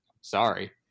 sorry